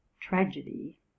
tragedy